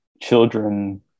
children